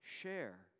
share